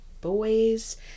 boys